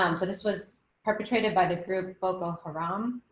um so this was perpetrated by the group boko haram.